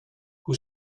who